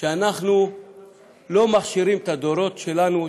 אנחנו לא מכשירים את הדורות שלנו,